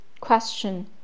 Question